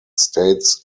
states